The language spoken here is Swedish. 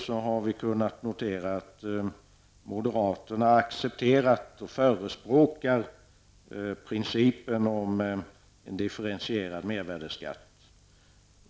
Vi har vidare kunnat notera att moderaterna accepterat och förespråkar principen om en differentierad mervärdeskatt.